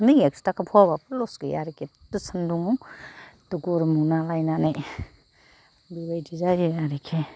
है एक्स' थाखा फवाबाबो लस गैया आरिखि दसन दङ एरथ' गरमआव ना लायनानै बेबायदि जायो आरिखि